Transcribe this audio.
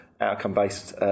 outcome-based